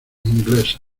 ingleses